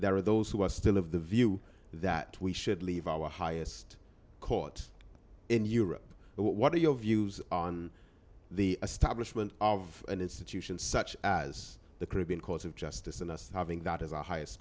there are those who are still of the view that we should leave our highest court in europe but what are your views on the establishment of an institution such as the caribbean court of justice and us having that as our highest